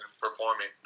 performing